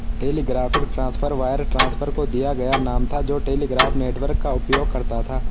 telegraphic transfer wire transfer को दिया गया नाम था जो टेलीग्राफ नेटवर्क का उपयोग करता था